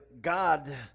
God